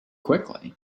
quickly